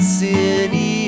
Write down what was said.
city